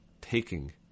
taking